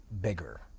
bigger